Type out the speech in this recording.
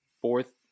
fourth